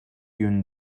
yönü